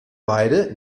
weide